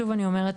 שוב אני אומרת,